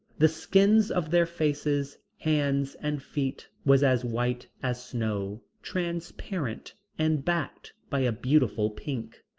the skin of their faces, hands and feet was as white as snow, transparent, and backed by a beautiful pink.